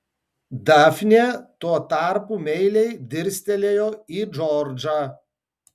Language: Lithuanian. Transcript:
dafnė tuo tarpu meiliai dirstelėjo į džordžą